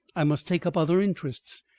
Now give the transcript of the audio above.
i must take up other interests,